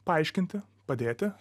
paaiškinti padėti